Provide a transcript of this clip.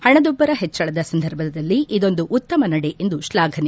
ಹಣದುಬ್ಬರ ಹೆಚ್ಚಳದ ಸಂದರ್ಭದಲ್ಲಿ ಇದೊಂದು ಉತ್ತಮ ನಡೆ ಎಂದು ಶ್ವಾಘನೆ